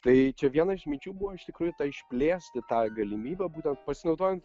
tai čia viena iš minčių buvo iš tikrųjų ta išplėsti tą galimybę būtent pasinaudojant